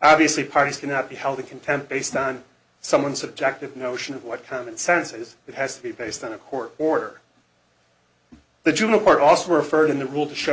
obviously parties cannot be held the content based on someone's subjective notion of what common sense is it has to be based on a court order the juvenile court also referred in the rule to show